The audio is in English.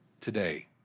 Today